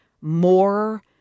more